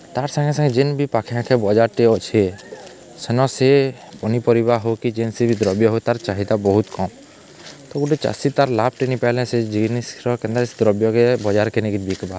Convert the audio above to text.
ତାର୍ ସାଙ୍ଗେ ସାଙ୍ଗେ ଯେନ୍ ବି ପାଖେ ଆଖେ ବଜାର୍ଟେ ଅଛେ ସେନ ସେ ପନିପରିବା ହଉ କି ଯେନ୍ସି ବି ଦ୍ରବ୍ୟ ହଉ ତାର୍ ଚାହିଦା ବହୁତ୍ କମ୍ ତ ଗୁଟେ ଚାଷୀ ତାର୍ ଲାଭ୍ଟେ ନେଇପାଏଲେ ସେ ଜିନିଷ୍ର କେନ୍ତା ସେ ଦ୍ରବ୍ୟକେ ବଜାର୍କେ ନେଇକି ବିକବା